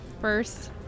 First